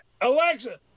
Alexa